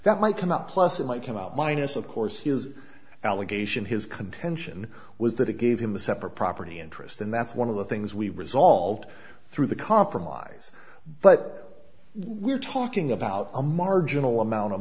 that might come up plus it might come out minus of course his allegation his contention was that it gave him a separate property interest and that's one of the things we resolved through the compromise but we're talking about a marginal amount of